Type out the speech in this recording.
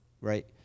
right